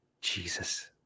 Jesus